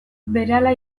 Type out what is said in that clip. berehala